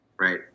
right